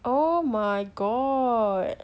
oh my god